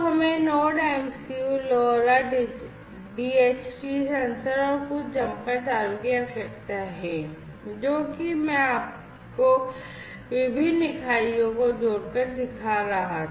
तो हमें Node MCU LoRa DHT sensor और कुछ जम्पर तारों की आवश्यकता है जो कि मैं आपको विभिन्न इकाइयों को जोड़कर दिखा रहा था